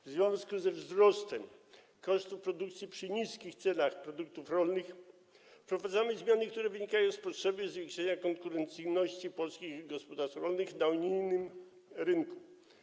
W związku ze wzrostem kosztów produkcji przy niskich cenach produktów rolnych wprowadzamy zmiany, które wynikają z potrzeby zwiększenia konkurencyjności polskich gospodarstw rolnych na unijnym rynku.